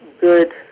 good